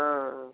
ହଁଁ